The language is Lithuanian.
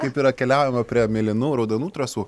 kaip yra keliaujama prie mėlynų raudonų trasų